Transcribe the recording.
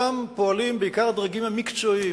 שם פועלים בעיקר הדרגים המקצועיים,